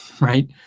right